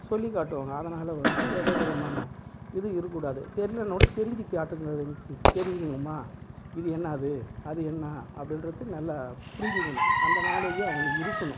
சொல்லி காட்டுவாங்க அதனால் வந்து எது வித விதமான எதுவும் இருக்கக்கூடாது தெரிலன்னா கூட தெரிஞ்சுக்க காட்டு தெரிஞ்சுக்கணும்மா இது என்னது அது என்ன அப்படின்றது நல்லா புரிஞ்சிக்கணும் அந்த நாலேஜி அவங்களுக்கு இருக்கணும்